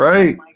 Right